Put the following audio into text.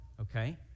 okay